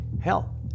Hell